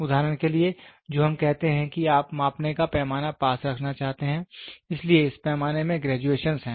उदाहरण के लिए जो हम कहते हैं कि आप मापने का पैमाना पास रखना चाहते है इसलिए इस पैमाने में ग्रेजुएशन हैं